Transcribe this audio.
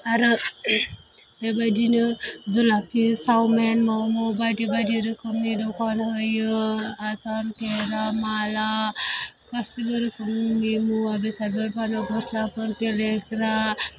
आरो बेबायदिनो जुलाफि चावमिन मम' बायदि बायदि रोखोमनि दखान होयो आसान खेरा माला गासैबो रोखोमनि मुवा बेसादफोर फानो गसलाफोर गेलेग्रा